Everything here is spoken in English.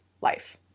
life